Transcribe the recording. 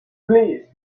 please